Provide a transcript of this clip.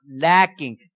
lacking